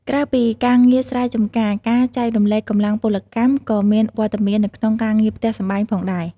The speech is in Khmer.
ក្រៅពីការងារស្រែចម្ការ ការចែករំលែកកម្លាំងពលកម្មក៏មានវត្តមាននៅក្នុងការងារផ្ទះសម្បែងផងដែរ។